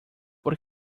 por